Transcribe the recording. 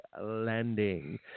landing